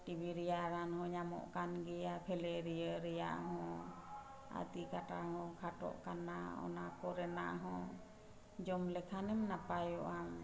ᱨᱮᱭᱟᱜ ᱨᱟᱱ ᱦᱚᱸ ᱧᱟᱢᱚᱜ ᱠᱟᱱ ᱜᱮᱭᱟ ᱨᱮᱭᱟᱜ ᱦᱚᱸ ᱟᱨ ᱛᱤ ᱠᱟᱴᱟ ᱦᱚᱸ ᱠᱷᱟᱴᱚᱜ ᱠᱟᱱᱟ ᱚᱱᱟ ᱠᱚᱨᱮᱱᱟᱜ ᱦᱚᱸ ᱡᱚᱢ ᱞᱮᱠᱷᱟᱱᱮᱢ ᱱᱟᱯᱟᱭᱚᱜ ᱟᱢ